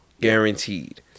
guaranteed